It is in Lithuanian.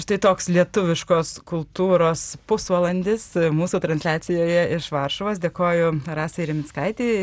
štai toks lietuviškos kultūros pusvalandis mūsų transliacijoje iš varšuvos dėkoju rasai rimickaitei